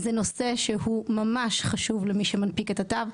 זה נושא שהוא ממש חשוב למי שמנפיק את התו,